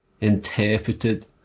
interpreted